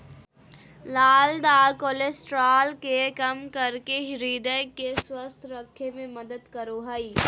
लाल दाल कोलेस्ट्रॉल के कम करके हृदय के स्वस्थ रखे में मदद करो हइ